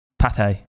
Pate